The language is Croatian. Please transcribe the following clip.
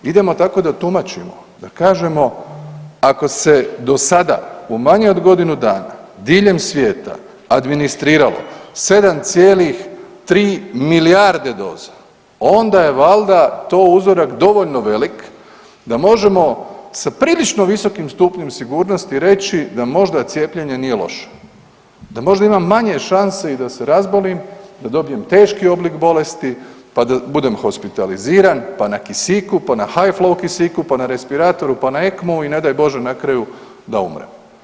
Idemo tako da tumačimo, da kažemo ako se do sada u manje od godinu dana diljem svijeta administriralo 7,3 milijarde doza onda je valjda to uzorak dovoljno velik da možemo sa prilično visokim stupnjem sigurnosti reći da možda cijepljenje nije loše, da možda ima manje šanse i da se razbolim, da dobijem teški oblik bolesti pa da budem hospitaliziran, pa na kisiku, pa ha high flow kisiku, pa na respiratoru, pa ECMO-u i ne daj Bože na kraju da umre.